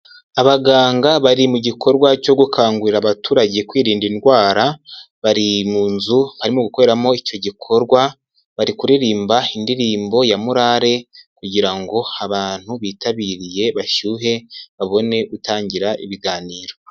Abaganga bari mu gikorwa cyo gukangurira abaturage kwirinda indwara, bari mu nzu barimo gukoreramo icyo gikorwa, bari kuririmba indirimbo ya murare kugira ngo abantu bitabiriye bashyuhe babone gutangira ibiganiro.